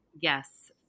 Yes